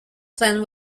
plan